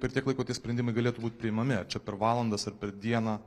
per tiek laiko tie sprendimai galėtų būt priimami ar čia per valandas ar per dieną